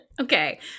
Okay